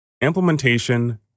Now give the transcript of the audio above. implementation